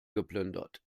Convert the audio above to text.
geplündert